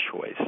choice